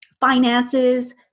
finances